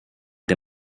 der